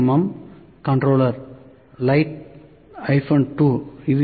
M controller light 2 இது U